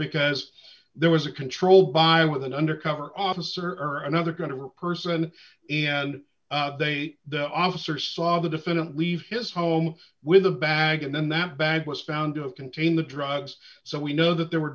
because there was a control by with an undercover officer or another going to her person and they the officer saw the defendant leave his home with a bag and then that bag was found to contain the drugs so we know that there were